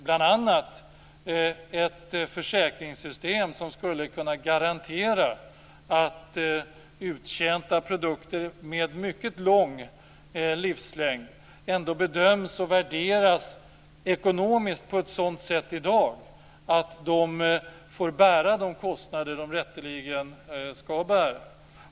Bl.a. avses då ett försäkringssystem som skulle kunna garantera att uttjänta produkter med en mycket stor livslängd ändå i dag ekonomiskt bedöms och värderas på ett sådant sätt att de får bära de kostnader som de rätteligen skall bära.